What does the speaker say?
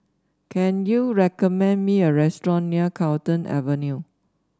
can you recommend me a restaurant near Carlton Avenue